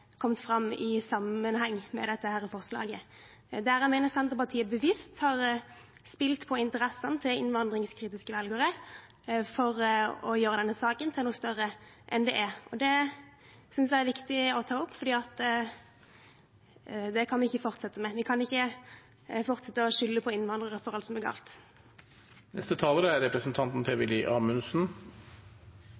spilt på interessene til innvandringskritiske velgere for å gjøre denne saken til noe større enn den er. Det synes jeg er viktig å ta opp, for det kan vi ikke fortsette med. Vi kan ikke fortsette å skylde på innvandrere for alt som er galt. Jeg synes det var litt interessant å høre debatten her nå. Jeg opplever at Arbeiderpartiet, med representanten